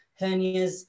hernias